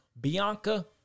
Bianca